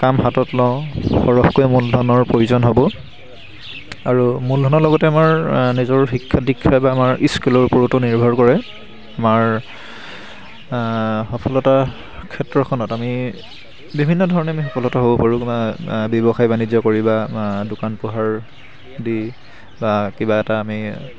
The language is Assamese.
কাম হাতত লওঁ সৰহকৈ মূলধনৰ প্ৰয়োজন হ'ব আৰু মূলধনৰ লগতে আমাৰ নিজৰ শিক্ষা দীক্ষাই বা আমাৰ স্কুলৰ ওপৰতো নিৰ্ভৰ কৰে আমাৰ সফলতা ক্ষেত্ৰখনত আমি বিভিন্ন ধৰণে আমি সফলতা হ'ব পাৰোঁ বা ব্যৱসায় বাণিজ্য কৰি বা দোকান পোহাৰ দি বা কিবা এটা আমি